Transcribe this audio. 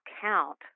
count